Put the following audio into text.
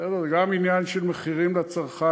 גם עניין של מחירים לצרכן,